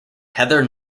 heather